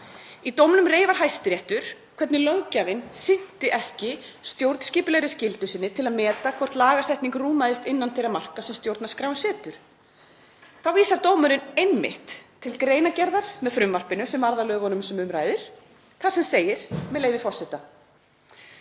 Í dómnum reifar Hæstiréttur hvernig löggjafinn sinnti ekki stjórnskipulegri skyldu sinni til að meta hvort lagasetning rúmaðist innan þeirra marka sem stjórnarskráin setur. Þá vísar dómurinn einmitt til greinargerðar með frumvarpinu sem varð að lögunum sem um ræðir, þar sem segir, með leyfi forseta: